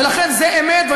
חברת הכנסת לביא,